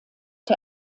der